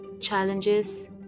challenges